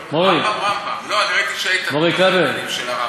לא, ראיתי, של הרמב"ם.